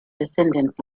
descendants